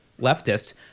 leftists